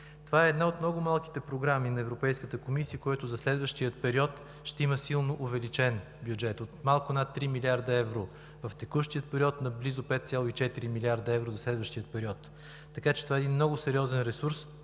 Това е една от много малките програми на Европейската комисия, която за следващия период ще има силно увеличен бюджет от малко над 3 млрд. евро в текущия период, на близо 5,4 млрд. евро за следващия период. Така че това е един много сериозен ресурс.